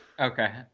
okay